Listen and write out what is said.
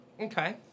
Okay